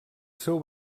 seu